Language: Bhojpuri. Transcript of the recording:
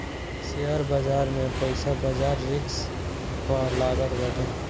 शेयर बाजार में पईसा बाजार रिस्क पअ लागत बाटे